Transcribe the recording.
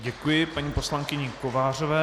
Děkuji paní poslankyni Kovářové.